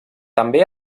també